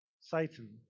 Satan